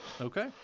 Okay